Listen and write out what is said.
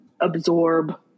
absorb